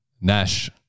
Nash